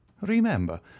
Remember